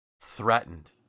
threatened